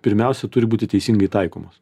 pirmiausia turi būti teisingai taikomos